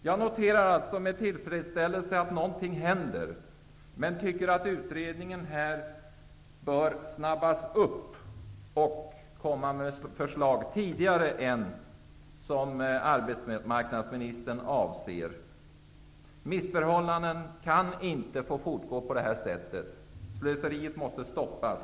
Jag noterar alltså med tillfredsställelse att något händer, men jag tycker att utredningen bör påskyndas, och att den skall komma med förslag tidigare än arbetsmarknadsministern avser. Missförhållanden kan inte fortgå på det här sättet. Slöseriet måste stoppas.